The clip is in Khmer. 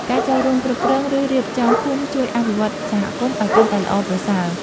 ការចូលរួមគ្រប់គ្រង ឬរៀបចំភូមិជួយអភិវឌ្ឍសហគមន៍ឲ្យកាន់តែល្អប្រសើរ។